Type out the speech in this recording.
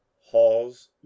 halls